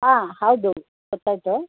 ಹಾಂ ಹೌದು ಗೊತ್ತಾಯಿತು